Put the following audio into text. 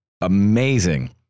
amazing